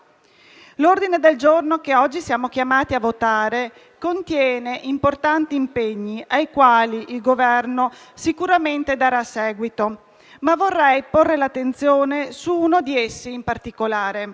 L'ordine del giorno che oggi siamo chiamati a votare contiene importanti impegni, ai quali il Governo darà sicuramente seguito. Vorrei porre l'attenzione su uno di essi in particolare.